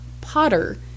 potter